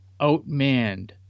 outmanned